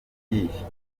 iyihe